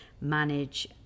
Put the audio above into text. manage